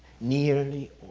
Nearly